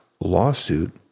lawsuit